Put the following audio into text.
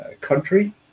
country